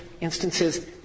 instances